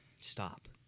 Stop